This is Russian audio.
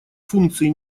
функций